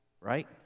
right